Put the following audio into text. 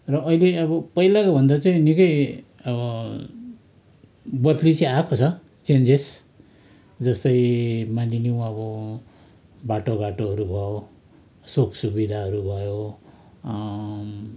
र अहिले अब पहिलाको भन्दा चाहिँ निक्कै अब बद्ली चाहिँ आएको छ चेन्जेस जस्तै मानिलिउँ अब बाटोघाटोहरू भयो सोखसुविधाहरू भयो